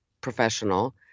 professional